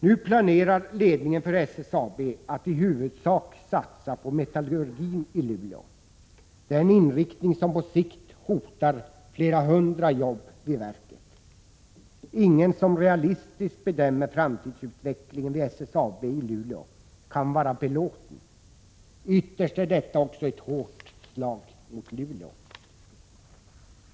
Nu planerar ledningen för SSAB att i huvudsak satsa på metallurgin i Luleå. Det är en inriktning som på sikt hotar flera hundra jobb vid verket. Ingen som realistiskt bedömer framtidsutvecklingen vid SSAB i Luleå kan vara belåten. Ytterst är detta också ett hårt slag mot Luleå.